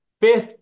fifth